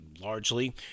largely